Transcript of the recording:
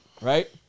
right